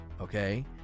okay